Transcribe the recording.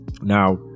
now